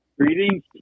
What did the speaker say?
Greetings